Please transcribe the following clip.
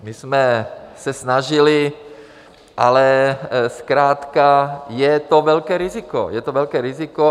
My jsme se snažili, ale zkrátka je to velké riziko, je to velké riziko.